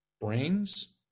brains